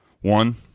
one